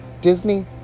Disney